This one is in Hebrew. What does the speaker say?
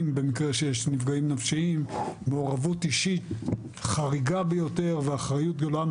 עם צוות מדהים של אנשים מקצועיים שנותנים את הלב שלהם ומאפשרים לך לגעת